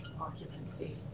Occupancy